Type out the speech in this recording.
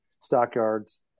Stockyards